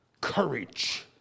courage